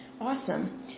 Awesome